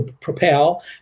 propel